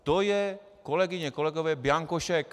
To je, kolegyně, kolegové, bianko šek.